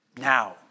Now